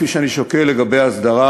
כפי שאני שוקל לגבי הסדרה